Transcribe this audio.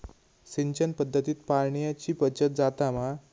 सिंचन पध्दतीत पाणयाची बचत जाता मा?